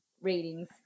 ratings